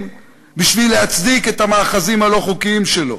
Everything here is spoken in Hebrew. בשביל להצדיק את המאחזים הלא-חוקיים שלו.